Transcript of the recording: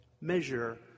measure